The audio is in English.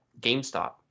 GameStop